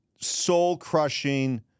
soul-crushing